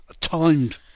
timed